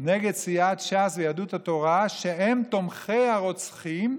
נגד סיעת ש"ס ויהדות התורה, שהם תומכי הרוצחים,